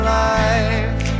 life